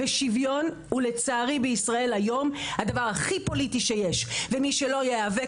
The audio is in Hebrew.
ושוויון הוא לצערי בישראל היום הדבר הכי פוליטי שיש ומי שלא יאבק